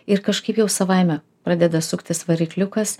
ir kažkaip jau savaime pradeda suktis varikliukas